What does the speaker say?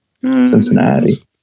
Cincinnati